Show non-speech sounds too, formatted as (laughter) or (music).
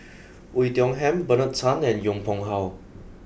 (noise) Oei Tiong Ham Bernard Tan and Yong Pung How